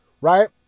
Right